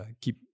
keep